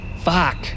Fuck